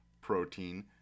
protein